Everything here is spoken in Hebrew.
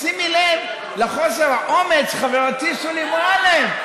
שימי לב לחוסר האומץ, חברתי שולי מועלם,